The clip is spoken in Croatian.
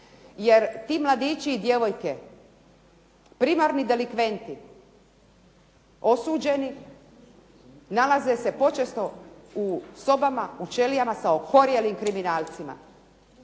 jer ti mladići i djevojke primarni delikventi osuđeni nalaze se počesto u sobama, u ćelijama sa okorjelim kriminalcima.